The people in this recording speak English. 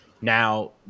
Now